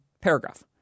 paragraph